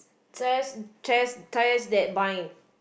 test test ties that bind